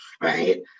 right